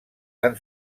han